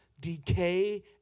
decay